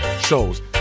shows